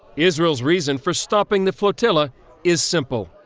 israel's reason for stopping the flotilla is simple.